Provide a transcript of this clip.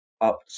up